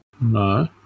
No